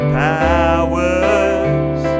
powers